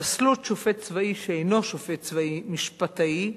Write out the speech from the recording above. פסלות שופט צבאי שאינו שופט צבאי, משפטאי,